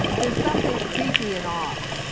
there's something creepy and off.